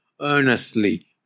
earnestly